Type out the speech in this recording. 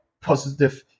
positive